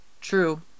true